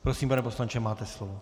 Prosím, pane poslanče, máte slovo.